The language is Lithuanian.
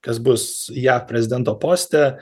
kas bus jav prezidento poste